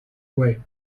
way